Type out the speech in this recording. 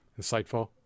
insightful